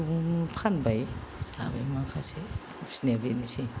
बेखौ फानबाय जाबाय माखासे फिनायाबो बेनोसै